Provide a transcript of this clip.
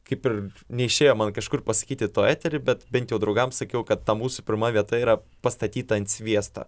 kaip ir neišėjo man kažkur pasakyti to etery bet bent jau draugam sakiau kad ta mūsų pirma vieta yra pastatyta ant sviesto